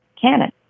canon